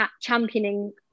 championing